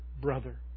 brother